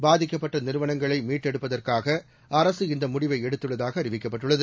பாதிக்கப்பட்ட நிறுவனங்களை மீட்டெடுப்பதற்காக அரசு இந்த முடிவு எடுத்துள்ளதாக அறிவிக்கப்பட்டுள்ளது